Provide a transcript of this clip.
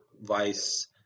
vice